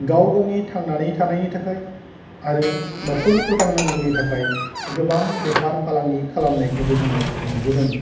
गाव गावनि थांनानै थानायनि थाखाय आरो न'खर फोथांनांगौनि थाखाय गोबां बेफार फालांगि खालामनायखौबो जोङो नुबोदों